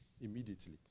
Immediately